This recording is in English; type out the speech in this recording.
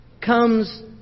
comes